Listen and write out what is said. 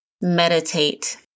meditate